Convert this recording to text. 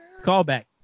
Callback